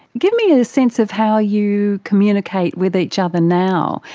give me a sense of how you communicate with each other now.